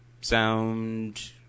sound